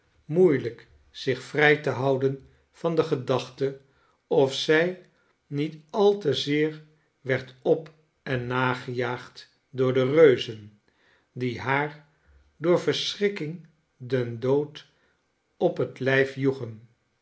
moeielijk zich vrij te houden van degedachte of zij niet al te zeer werd op en nagejaagd door de reuzen die haar door verschrikking den dood op het lijf joegen